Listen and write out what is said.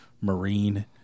Marine